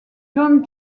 john